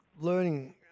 learning